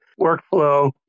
workflow